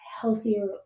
healthier